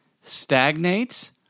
stagnates